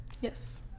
yes